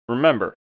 Remember